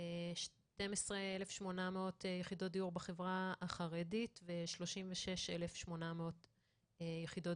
12,800 יחידות דיור בחברה החרדית ו-36,800 יחידות